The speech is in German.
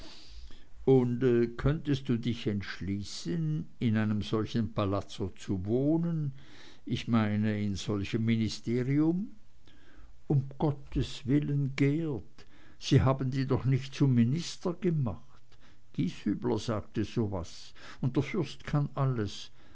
und könntest du dich entschließen in solchem palazzo zu wohnen ich meine in solchem ministerium um gottes willen geert sie haben dich doch nicht zum minister gemacht gieshübler sagte so was und der fürst kann alles